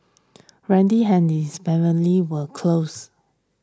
randy and his family were close